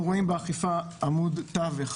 אנחנו רואים באכיפה עמוד תווך